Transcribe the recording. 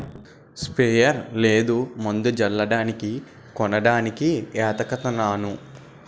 sprayer లేదు మందు జల్లడానికి కొనడానికి ఏతకతన్నాను